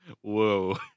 Whoa